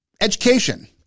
education